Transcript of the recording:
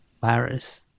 virus